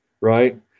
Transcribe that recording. right